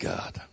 God